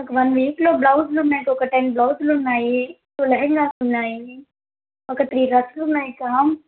ఒక వన్ వీక్లో బ్లౌజులు ఉన్నాయి ఒక టెన్ బ్లౌజులు ఉన్నాయి లహెంగాస్ ఉన్నాయి ఒక త్రీ డ్రెస్సులు ఉన్నాయిక్కా